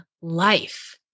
life